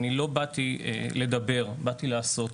אני לא באתי לדבר, באתי לעשות.